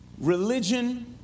religion